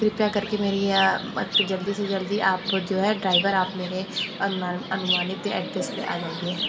कृपया कर के मेरी जल्दी से जल्दी आप जो है ड्राइवर आप मेरे अनुमानित एड्रेस पर आ जाइए